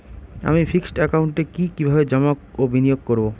আমি ফিক্সড একাউন্টে কি কিভাবে জমা ও বিনিয়োগ করব?